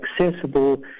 accessible